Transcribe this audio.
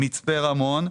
מצפה רמון.